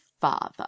father